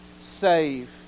save